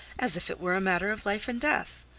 as if it were a matter of life and death!